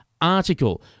article